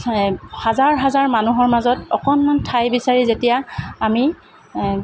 হাজাৰ হাজাৰ মানুহৰ মাজত অকণমান ঠাই বিচাৰি যেতিয়া আমি